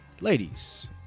Ladies